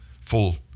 full